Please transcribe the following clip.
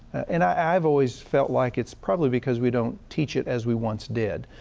and i, i've always felt like it's probably because we don't teach it as we once did.